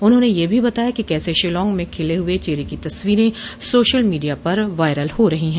उन्होंने यह भी बताया कि कैसे शिलॉग में खिले हुए चेरी की तस्वीरें सोशल मीडिया पर वायरल हो रही हैं